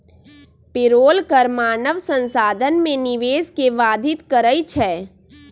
payroll कर मानव संसाधन में निवेश के बाधित करइ छै